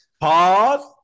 Pause